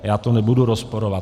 Já to nebudu rozporovat.